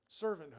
Servanthood